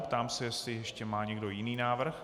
Ptám se, jestli ještě má někdo jiný návrh.